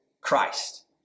Christ